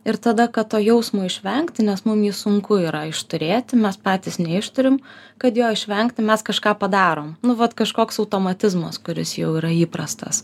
ir tada kad to jausmo išvengti nes mum jį sunku yra išturėti mes patys neišturim kad jo išvengti mes kažką padarom nu vat kažkoks automatizmas kuris jau yra įprastas